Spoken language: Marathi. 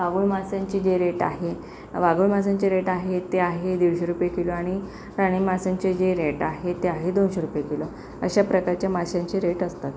वाघुळ माशांचे जे रेट आहेत वाघुळ माशांचे रेट आहेत ते आहे दीडशे रुपये किलो आणि राणी माशांचे जे रेट आहेत ते आहे दोनशे रुपये किलो अशा प्रकारच्या माशांचे रेट असतात